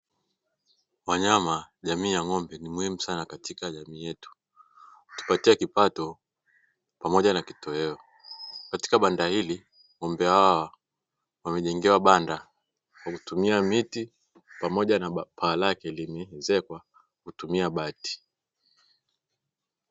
Wanyama jamii ya ng'ombe ni muhimu sana katika jamii yetu hutupatia kipato pamoja na kitoweo katika banda, ili ng'ombe hawa wamejengewa banda kwa kutumia miti pamoja na paa lake limeezekwa kwa kutumia bati